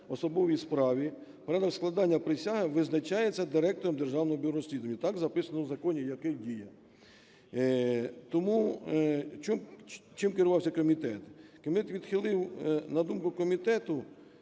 особовій справі. Порядок складання присяги визначається Директором Державного бюро розслідувань". Так записано в законі, який діє. Тому, чим керувався комітет. Комітет відхилив. На думку комітету,